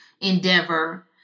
endeavor